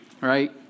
Right